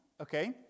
Okay